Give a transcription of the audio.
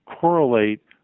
correlate